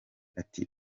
ati